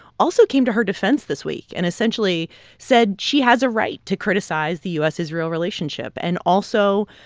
also came to her defense this week and essentially said she has a right to criticize the u s israel relationship. and also,